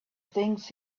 things